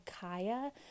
Kaya